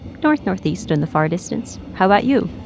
north, northeast in the far distance how about you?